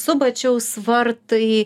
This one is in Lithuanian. subačiaus vartai